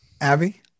abby